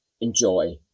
enjoy